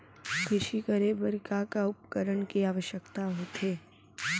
कृषि करे बर का का उपकरण के आवश्यकता होथे?